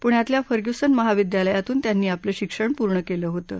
पुण्यातल्या फर्ग्युसन महाविद्यालयातून त्यांनी आपलं शिक्षण पूर्ण केलं होतं